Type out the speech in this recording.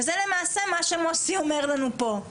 וזה למעשה מה שמוסי אומר לנו פה.